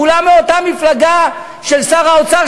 כולם מאותה מפלגה של שר האוצר,